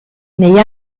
negli